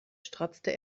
stratzte